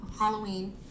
Halloween